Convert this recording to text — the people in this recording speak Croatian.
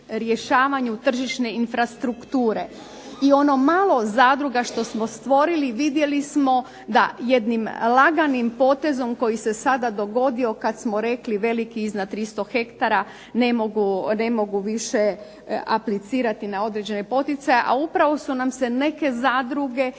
rješavanju tržišne infrastrukture. I ono malo zadruga što smo stvorili vidjeli smo da jednim laganim potezom koji se sada dogodio kada smo rekli veliki iznad 300 hektara, ne mogu više aplicirati na određene poticaje, a upravo su nam se neke zadruge